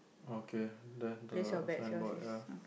okay then the signboard have